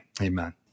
Amen